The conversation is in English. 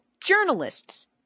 journalists